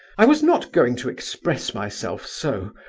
i was not going to express myself so.